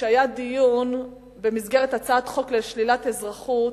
כשהיה דיון במסגרת הצעת חוק לשלילת אזרחות,